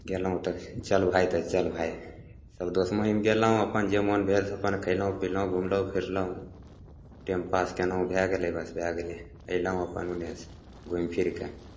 गेलहुँ ओतऽ चल भाइ तऽ चल भाइ सब दोस्त महिम गेलहुँ अपन जे मोन भेल से अपन खएलहुँ पिलहुँ घुमलहुँ फिरलहुँ टाइमपास कएलहुँ भै गेलै बस भै गेलै अएलहुँ अपन ओन्नेसे घुमि फिरिके